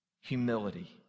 humility